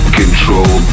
control